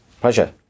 pleasure